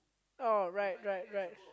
oh right right right